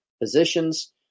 Positions